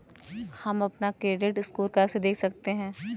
हम अपना credit score कैसे देख सकते हैं?